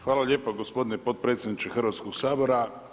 Hvala lijepa gospodine potpredsjedniče Hrvatskog sabora.